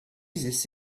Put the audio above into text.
this